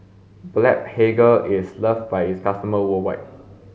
Blephagel is loved by its customers worldwide